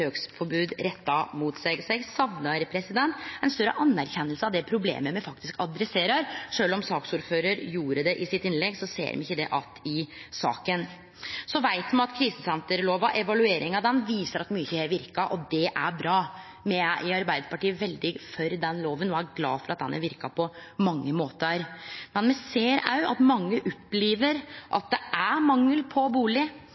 retta mot seg. Så eg saknar ei større anerkjenning av dei problema me faktisk adresserer. Sjølv om saksordføraren gjorde det i sitt innlegg, ser me ikkje det att i saka. Me veit at evalueringa av krisesenterlova viser at mykje har verka. Det er bra. Me i Arbeidarpartiet er veldig for den lova og er glade for at ho har verka på mange måtar. Men me ser òg at mange opplever